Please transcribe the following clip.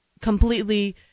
completely